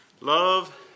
Love